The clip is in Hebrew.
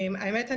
האמת,